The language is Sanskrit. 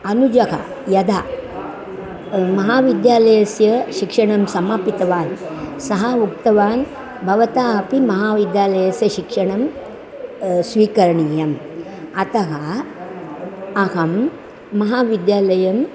अनुजः यदा महाविद्यालयस्य शिक्षणं समापितवान् सः उक्तवान् भवता अपि महाविद्यालयस्य शिक्षणं स्वीकरणीयं अतः अहं महाविद्यालयम्